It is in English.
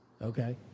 Okay